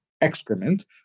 excrement